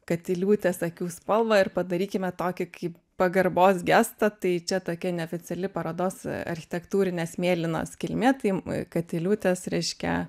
katiliūtės akių spalvą ir padarykime tokį kaip pagarbos gestą tai čia tokia neoficiali parodos architektūrinės mėlynos kilmė tai katiliūtės reiškia